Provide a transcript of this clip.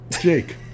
Jake